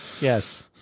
Yes